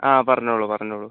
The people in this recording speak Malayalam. ആ പറഞ്ഞോളൂ പറഞ്ഞോളൂ